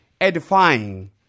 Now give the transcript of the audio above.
edifying